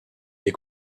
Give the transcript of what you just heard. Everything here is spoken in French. les